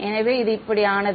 எனவே இது இப்படி ஆனது